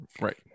Right